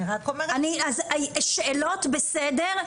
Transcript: שאלות בסדר.